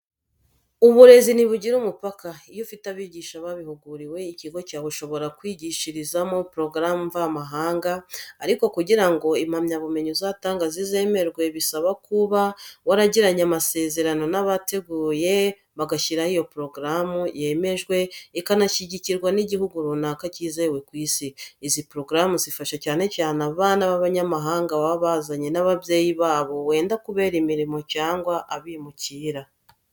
Uburezi ntibugira umupaka. Iyo ufite abigisha babihuguriwe, ikigo cyawe ushobora kwigishirizamo porogaramu mvamahanga. Ariko kugira ngo impamyabumenyi uzatanga zizemerwe, bisaba ko uba waragiranye amasezerano n'abateguye bagashyiraho iyo porogaramu yemejwe ikanashyikigirwa n'igihugu runaka kizewe ku Isi. Izi porogaramu zifasha cyane cyane abana b'abanyamahanga baba bazanye n'abayeyi babo wenda kubera imirimo cyangwa abimukira.